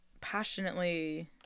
passionately